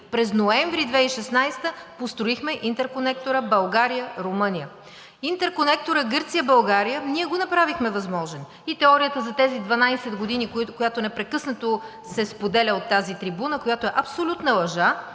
През ноември 2016 г. построихме интерконектора България – Румъния. Интерконекторът Гърция – България ние го направихме възможен. И теорията за тези 12 години, която непрекъснато се споделя от тази трибуна, което е абсолютна лъжа